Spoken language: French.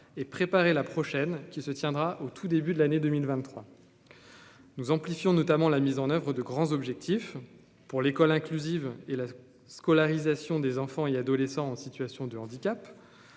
et préparer la prochaine, qui se tiendra au tout début de l'année 2023 nous amplifions notamment la mise en oeuvre de grands objectifs pour l'école inclusive et la scolarisation des enfants et adolescents en situation de handicap